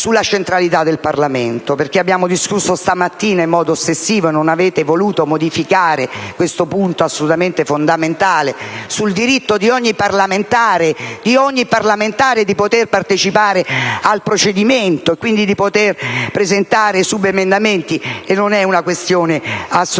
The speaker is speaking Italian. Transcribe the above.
alla centralità del Parlamento. Abbiamo discusso questa mattina in modo ossessivo, e non avete voluto modificare questo punto assolutamente fondamentale sul diritto di ogni parlamentare di poter partecipare al procedimento e quindi di poter presentare subemendamenti, e non è una questione secondaria.